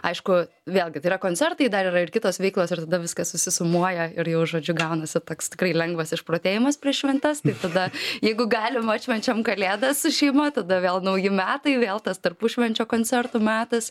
aišku vėlgi tai yra koncertai dar yra ir kitos veiklos ir tada viskas susisumuoja ir jau žodžiu gaunasi toks tikrai lengvas išprotėjimas prieš šventes tai tada jeigu galim atšvenčiam kalėdas su šeima tada vėl nauji metai vėl tas tarpušvenčio koncertų metas